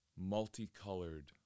multicolored